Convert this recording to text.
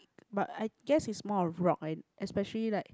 but I guess is more on rock and especially like